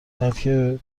بلکه